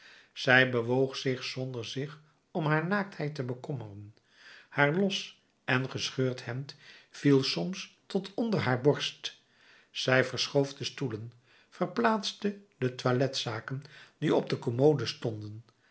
zij bewoog zich zonder zich om haar naaktheid te bekommeren haar los en gescheurd hemd viel soms tot onder haar borst zij verschoof de stoelen verplaatste de toiletzaken die op de commode stonden